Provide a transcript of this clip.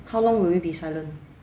how long will you be silent